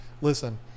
listen